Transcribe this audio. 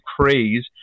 craze